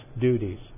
duties